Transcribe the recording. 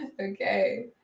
Okay